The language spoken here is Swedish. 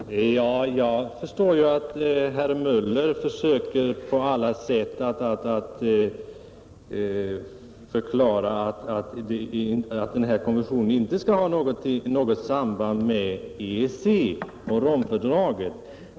Herr talman! Jag förstår att herr Möller i Gävle på alla satt rörsöi.er framställa det så att denna konvention inte har något samband med EEC eller Romfördraget.